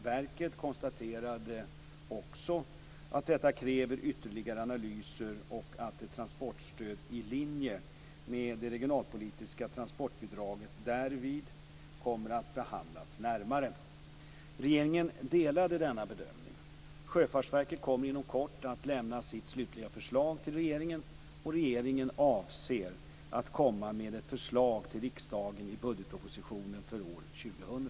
Verket konstaterade också att detta kräver ytterligare analyser och att ett transportstöd i linje med det regionalpolitiska transportbidraget därvid kommer att behandlas närmare. Regeringen delade denna bedömning. Sjöfartsverket kommer inom kort att lämna sitt slutliga förslag till regeringen. Och regeringen avser att komma med ett förslag till riksdagen i budgetpropositionen för år